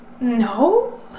no